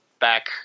back